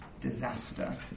disaster